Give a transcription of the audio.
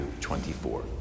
24